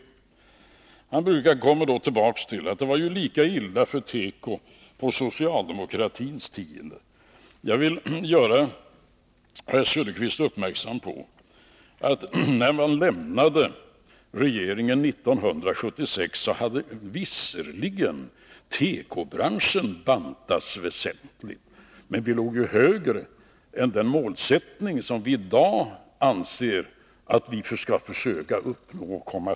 Oswald Söderqvist kommer då tillbaka till att det var lika illa för teko på socialdemokratins tid. Jag vill göra honom uppmärksam på att när vi lämnade regeringen 1976, hade visserligen tekobranschen bantats väsentligt, men nivån var i alla fall då högre än det mål som vi i dag anser att vi bör försöka uppnå.